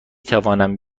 توانم